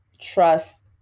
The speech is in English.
trust